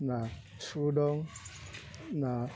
ना सु दं ना